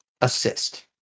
assist